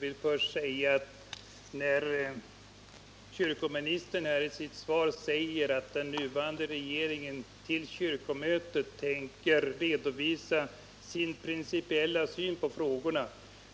Herr talman! Kommunministern säger här i sitt svar att den nuvarande regeringen för kyrkomötet tänker redovisa sin principiella syn på frågorna.